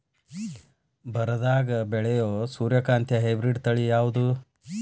ಬರದಾಗ ಬೆಳೆಯೋ ಸೂರ್ಯಕಾಂತಿ ಹೈಬ್ರಿಡ್ ತಳಿ ಯಾವುದು?